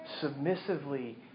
submissively